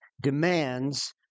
demands